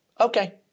Okay